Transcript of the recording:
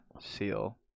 seal